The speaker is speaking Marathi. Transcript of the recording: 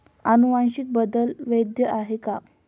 अनुवांशिक बदल वैध आहेत का?